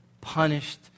punished